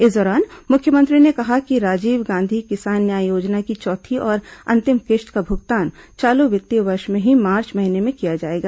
इस दौरान मुख्यमंत्री ने कहा कि राजीव गांधी किसान न्याय योजना की चौथी और अंतिम किश्त का भुगतान चालू वित्तीय वर्ष में ही मार्च महीने में किया जाएगा